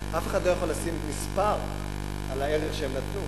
אף אחד לא יכול לשים מספר על הערך שהם נתנו,